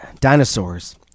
Dinosaurs